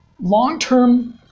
Long-term